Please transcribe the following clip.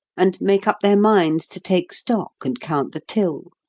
and make up their minds to take stock and count the till,